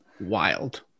wild